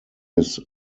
his